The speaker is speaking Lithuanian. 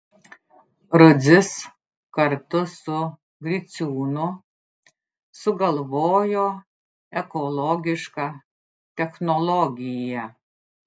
rudzis kartu su griciūnu sugalvojo ekologišką technologiją